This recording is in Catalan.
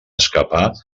escapar